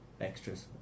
extras